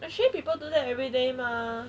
actually people do that everyday mah